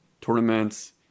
tournaments